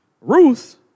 Ruth